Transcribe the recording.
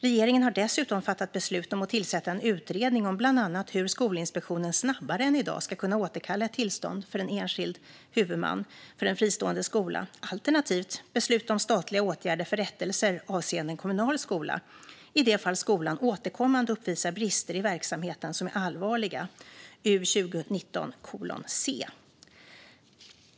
Regeringen har dessutom fattat beslut om att tillsätta en utredning om bland annat hur Skolinspektionen snabbare än i dag ska kunna återkalla ett tillstånd för en enskild huvudman för en fristående skola, alternativt besluta om statliga åtgärder för rättelser avseende en kommunal skola, i det fall skolan återkommande uppvisar brister i verksamheten som är allvarliga.